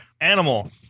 animal